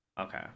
Okay